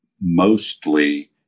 mostly